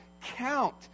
count